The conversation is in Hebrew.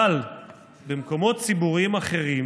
אבל במקומות ציבוריים אחרים